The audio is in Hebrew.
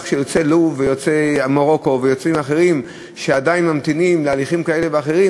כך שיוצאי לוב ויוצאי מרוקו ואחרים שעדיין ממתינים להליכים כאלה ואחרים,